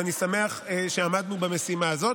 ואני שמח שעמדנו במשימה הזאת.